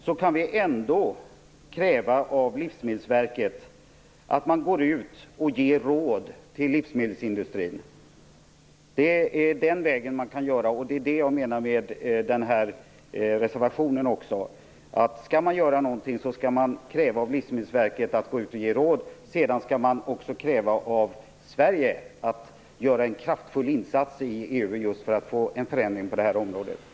Vi kan ändå kräva av Livsmedelsverket att man går ut och ger råd till livsmedelsindustrin. Det är den vägen vi kan gå. Det är det jag menar med reservationen. Skall vi göra något skall vi kräva att Livsmedelsverket går ut och ger råd. Vi skall också kräva att Sverige gör en kraftfull insats i EU, just för att få en förändring till stånd på detta område.